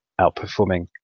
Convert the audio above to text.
outperforming